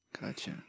Gotcha